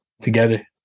together